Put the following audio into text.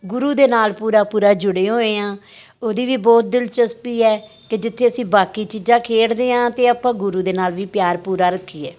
ਗੁਰੂ ਦੇ ਨਾਲ ਪੂਰਾ ਪੂਰਾ ਜੁੜੇ ਹੋਏ ਹਾਂ ਉਹਦੀ ਵੀ ਬਹੁਤ ਦਿਲਚਸਪੀ ਹੈ ਕਿ ਜਿੱਥੇ ਅਸੀਂ ਬਾਕੀ ਚੀਜ਼ਾਂ ਖੇਡਦੇ ਹਾਂ ਤਾਂ ਆਪਾਂ ਗੁਰੂ ਦੇ ਨਾਲ ਵੀ ਪਿਆਰ ਪੂਰਾ ਰੱਖੀਏ